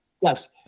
Yes